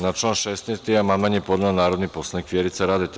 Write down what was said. Na član 16. amandman je podnela narodni poslanik Vjerica Radeta.